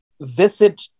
visit